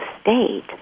state